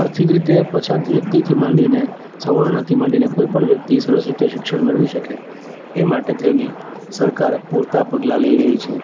આર્થિક રીતે પછાત વ્યક્તિથી માંડીને સવર્ણથી માંડીને કોઈ પણ વ્યક્તિ સરસ રીતે શિક્ષણ મેળવી શકે એ માટે થઈને સરકાર પૂરતા પગલાં લઈ રહી છે